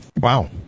Wow